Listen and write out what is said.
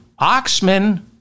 Oxman